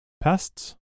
pests